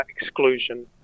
exclusion